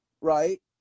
Right